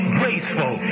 graceful